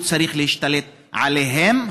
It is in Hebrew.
הוא צריך להשתלט עליהם.